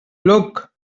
look